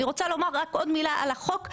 אני רוצה לומר רק עוד מילה על החוק.